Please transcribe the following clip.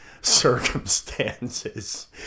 circumstances